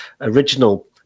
original